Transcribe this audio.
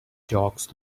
dogs